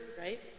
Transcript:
right